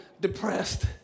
Depressed